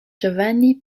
giovanni